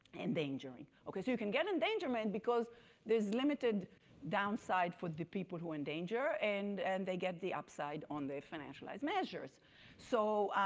endangering. okay, so you can get endangerment because there's limited downside for the people who are in danger and and they get the upside on the financial as managers. so